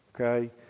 Okay